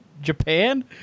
Japan